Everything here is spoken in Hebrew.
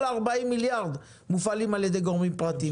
כל ה-40 מיליארד מופעלים ע"י גורמים פרטיים.